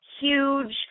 huge